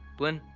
blynn,